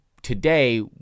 Today